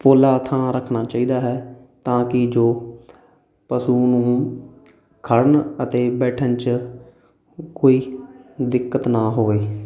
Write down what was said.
ਪੋਲਾ ਥਾਂ ਰੱਖਣਾ ਚਾਹੀਦਾ ਹੈ ਤਾਂ ਕਿ ਜੋ ਪਸ਼ੂ ਨੂੰ ਖੜਣ ਅਤੇ ਬੈਠਣ 'ਚ ਕੋਈ ਦਿੱਕਤ ਨਾ ਹੋਵੇ